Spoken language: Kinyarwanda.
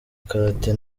karate